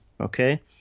okay